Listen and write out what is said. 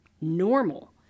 normal